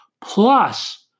Plus